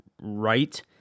right